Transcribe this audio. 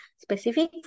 specific